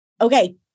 okay